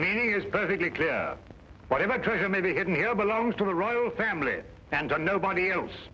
meaning is perfectly clear whatever treasure may be hidden here belongs to the royal family and to nobody else